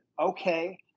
okay